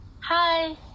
Hi